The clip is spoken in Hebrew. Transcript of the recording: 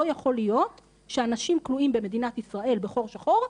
לא יכול להיות שאנשים כלואים במדינת ישראל בחור שחור,